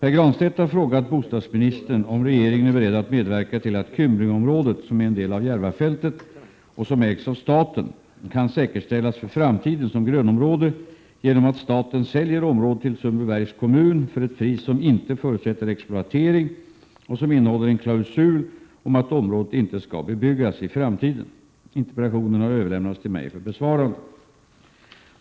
Pär Granstedt har frågat bostadsministern om regeringen är beredd att medverka till att Kymlingeområdet, som är en del av Järvafältet 87 och som ägs av staten, kan säkerställas för framtiden som grönområde genom att staten säljer området till Sundbybergs kommun för ett pris som inte förutsätter exploatering och som innehåller en klausul om att området inte skall bebyggas i framtiden. Interpellationen har överlämnats till mig för besvarande.